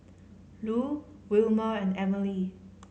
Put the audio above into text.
Lu Wilmer and Emely